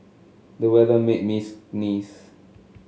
the weather made me sneeze